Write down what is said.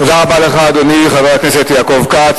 תודה רבה לך, אדוני, חבר הכנסת יעקב כץ.